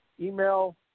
email